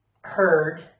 heard